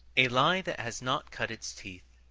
a lie that has not cut its teeth.